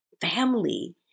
family